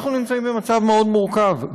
אנחנו נמצאים במצב מאוד מורכב,